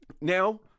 Now